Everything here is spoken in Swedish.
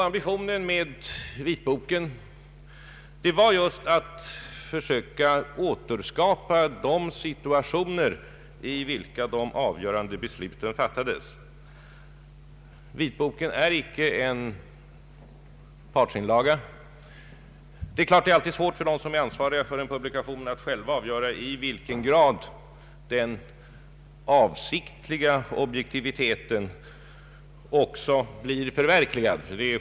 Ambitionen med vitboken var just att försöka återskapa de situationer i vilka de avgörande besluten fattades. Vitboken är icke en partsinlaga. Det är givetvis svårt för dem som är ansvariga för en publikation att avgöra i vilken grad den avsedda objektiviteten också blir förverkligad.